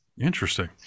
interesting